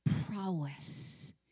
prowess